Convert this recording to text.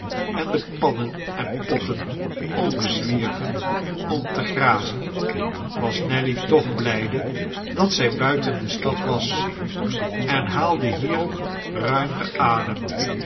en de panneh en potten omzwierven om te grazen was nelly toch blijde dat zij buiten de stad was en haalde hier ruimer adem